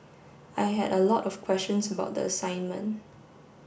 I had a lot of questions about the assignment